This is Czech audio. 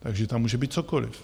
Takže tam může být cokoliv.